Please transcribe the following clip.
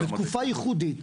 לתקופה ייחודית.